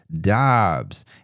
dobbs